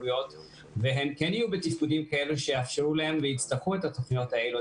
הם כן יהיו בתפקודים כאלה שיאפשרו להם והם יצטרכו את התוכניות האלה,